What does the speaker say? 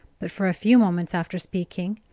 but for a few moments after speaking,